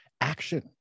action